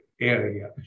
area